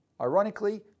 ironically